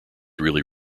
really